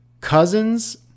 Cousins